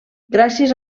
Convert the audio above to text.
gràcies